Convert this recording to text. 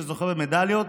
שזוכה במדליות,